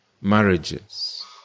marriages